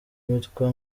mitwe